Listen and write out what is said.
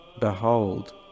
Behold